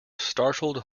startled